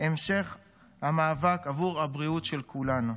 המשך המאבק עבור הבריאות של כולנו.